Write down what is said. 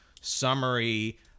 summary